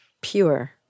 pure